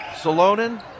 Salonen